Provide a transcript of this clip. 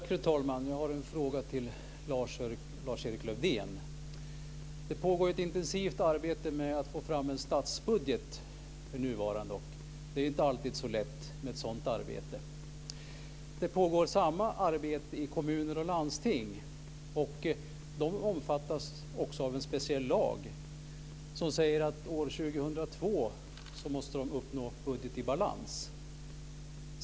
Fru talman! Jag har en fråga till Lars-Erik Lövdén. Det pågår ett intensivt arbete med att få fram en statsbudget för närvarande. Det är inte alltid så lätt med ett sådant arbete. Samma arbete pågår i kommuner och landsting, och de omfattas också av en speciell lag som säger att de år 2002 måste uppnå budget i balans.